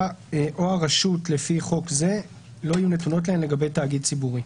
או הרשות לפי חוק זה לא יהיו נתונות להן לגבי תאגיד ציבורי."